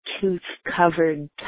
Tooth-covered